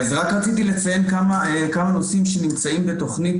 אז רק רציתי לציין כמה נושאים שנמצאים בתוכנית